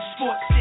Sports